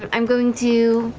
and i'm going to